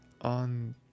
on